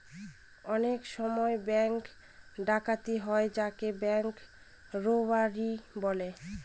অনেক সময় ব্যাঙ্ক ডাকাতি হয় যাকে ব্যাঙ্ক রোবাড়ি বলে